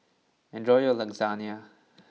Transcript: enjoy your Lasagne